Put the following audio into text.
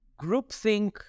groupthink